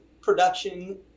production